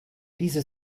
diese